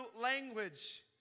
language